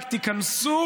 רק תיכנסו